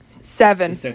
Seven